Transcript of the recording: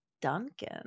duncan